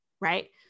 right